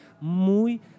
muy